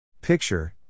Picture